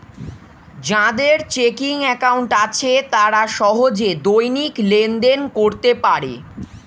যাদের checking account আছে তারা সহজে দৈনিক লেনদেন করতে পারে